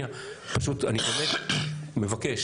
אני באמת מבקש,